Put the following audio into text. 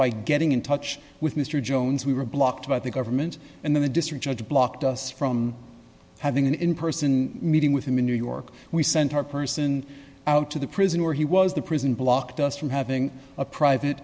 by getting in touch with mr jones we were blocked by the government and the district judge blocked us from having an in person meeting with him in new york we sent our person out to the prison where he was the prison blocked us from having a private